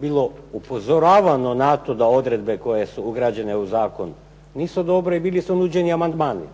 bilo upozoravano na to da odredbe koje su ugrađene u zakon nisu dobre i bili su nuđeni amandmani.